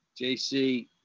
JC